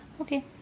Okay